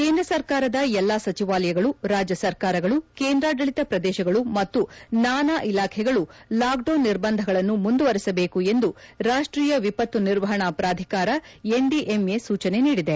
ಕೇಂದ್ರ ಸರ್ಕಾರದ ಎಲ್ಲಾ ಸಚಿವಾಲಯಗಳು ರಾಜ್ಯ ಸರ್ಕಾರಗಳು ಕೇಂದ್ರಾಡಳಿತ ಪ್ರದೇಶಗಳು ಮತ್ತು ನಾನಾ ಇಲಾಖೆಗಳು ಲಾಕ್ಡೌನ್ ನಿರ್ಬಂಧಗಳನ್ನು ಮುಂದುವರಿಸಬೇಕು ಎಂದು ರಾಷ್ಟೀಯ ವಿಪತ್ತು ನಿರ್ವಹಣಾ ಪ್ರಾಧಿಕಾರ ಎನ್ಡಿಎಂಎ ಸೂಚನೆ ನೀಡಿದೆ